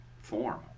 form